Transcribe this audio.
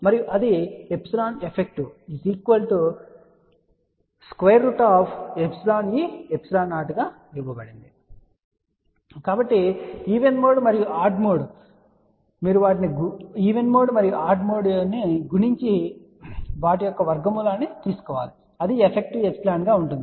మరియు అది ε eff εe ε0 గా ఇవ్వబడింది కాబట్టి ఈవెన్ మోడ్ మరియు ఆడ్ మోడ్ మీరు వాటిని గుణించి వర్గమూలాన్ని తీసుకోండి మరియు అది ఎఫెక్టివ్ ఎప్సిలాన్ గా ఉంటుంది